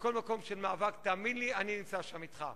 בכל מקום של מאבק, תאמין לי, אני נמצא שם אתך.